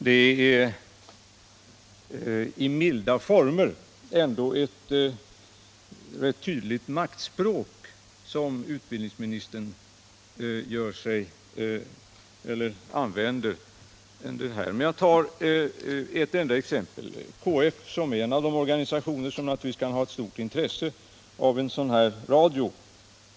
Herr talman! Det är — låt vara i mild form — ett rätt tydligt maktspråk som utbildningsministern använder. Låt mig ta ett enda exempel: KF. Det är en av de organisationer som naturligtvis kan ha starkt intresse av en särskild rundradio.